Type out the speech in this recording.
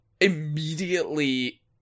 immediately